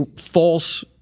false